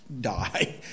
die